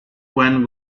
when